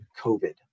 COVID